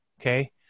okay